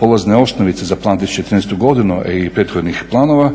polazne osnovice za plan 2013. godine i prethodnih planova,